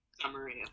summary